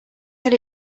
get